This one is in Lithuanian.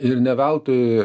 ir ne veltui